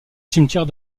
cimetière